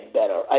better